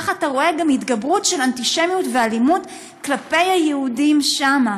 אתה רואה גם התגברות של אנטישמיות ואלימות כלפי היהודים שם.